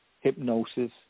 hypnosis